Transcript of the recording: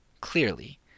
Clearly